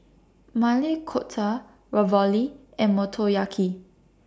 Maili Kofta Ravioli and Motoyaki